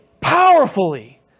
powerfully